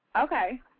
Okay